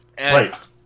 Right